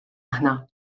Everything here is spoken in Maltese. aħna